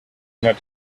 not